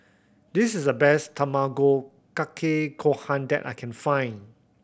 this is the best Tamago Kake Gohan that I can find